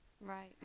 right